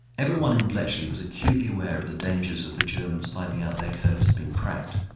everyone in bletchley was acutely aware of the dangers of the germans finding out their codes had been cracked,